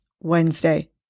Wednesday